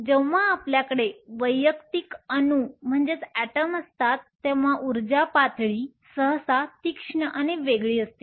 जेव्हा आपल्याकडे वैयक्तिक अणू असतात तेव्हा ऊर्जा पातळी सहसा तीक्ष्ण आणि वेगळी असते